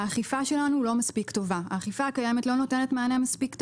האכיפה הקיימת לא מספיק טובה.